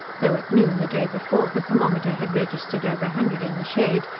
though at noon the day before, the thermometer had registered over a hundred in the shade,